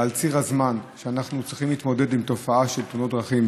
ועל ציר הזמן שאנחנו צריכים להתמודד עם תופעה של תאונות דרכים,